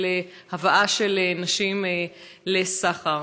של הבאת נשים לסחר.